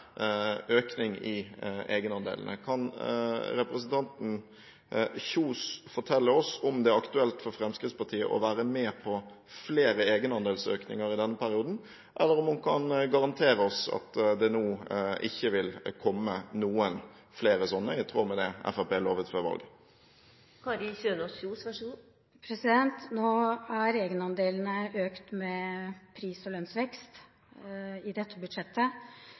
i egenandelene. Kan representanten Kjønaas Kjos fortelle oss om det er aktuelt for Fremskrittspartiet å være med på flere egenandelsøkninger i denne perioden, eller kan hun garantere oss at det nå ikke vil komme noen flere slike, i tråd med det Fremskrittspartiet lovet før valget? Nå er egenandelene økt med pris- og lønnsvekst i dette budsjettet,